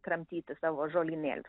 kramtyti savo žolynėlį